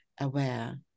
aware